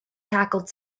tackled